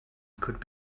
could